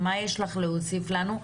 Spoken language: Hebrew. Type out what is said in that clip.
מה יש לך להוסיף לנו?